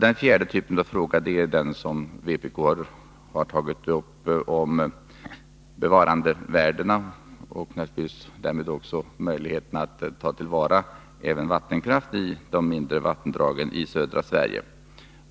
Den fjärde typen av frågor är den som vpk har tagit upp, om bevarandevärdena och därmed naturligtvis också möjligheten att ta till vara vattenkraft i de mindre vattendragen i södra Sverige.